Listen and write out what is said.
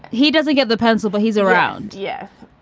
he doesn't get the pencil but he's around. yes.